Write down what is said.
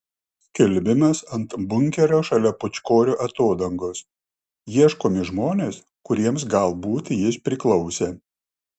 skelbimas ant bunkerio šalia pūčkorių atodangos ieškomi žmonės kuriems galbūt jis priklausė